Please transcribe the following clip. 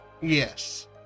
Yes